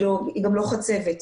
היא גם לא חצבת,